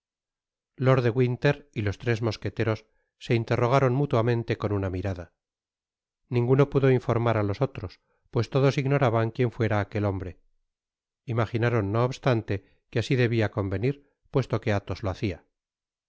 lord de winter y los tres mosqueteros se interrogaron mútuamente con una mirada ninguno podo informar á los otros pues todos ignoraban quien fuera aquel hombre imaginaron no obstante que así debia convenir puesto que athos lo hacia